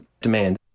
demand